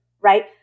right